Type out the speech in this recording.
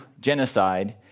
genocide